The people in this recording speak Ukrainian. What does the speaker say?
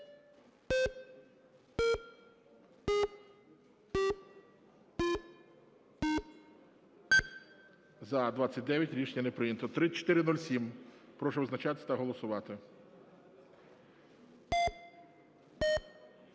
За-29 Рішення не прийнято. 3407. Прошу визначатись та голосувати.